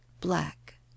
black